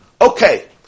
okay